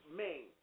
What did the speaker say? main